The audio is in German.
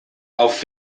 auf